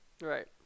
right